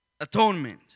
atonement